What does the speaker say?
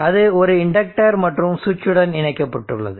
அது ஒரு இண்டக்டர் மற்றும் சுவிட்சுடன் இணைக்கப்பட்டுள்ளது